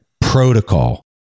protocol